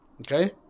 Okay